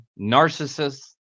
narcissists